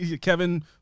Kevin